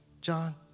John